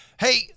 hey